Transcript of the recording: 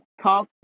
talk